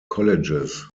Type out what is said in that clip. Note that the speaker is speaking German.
colleges